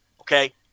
Okay